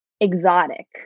exotic